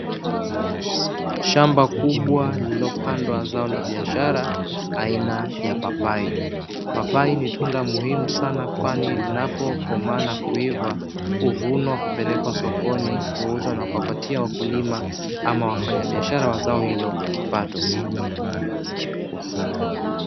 Shamba kubwa lililopandwa zao la biashara aina ya papai. Papai ni tunda muhimu sana kwani linapokomaa na kuiva, huvunwa kupelekwa sokoni, huuzwa na kuwapatia wakulima ama wafanyabiashara wa zao hilo kipato.